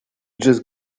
just